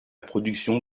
production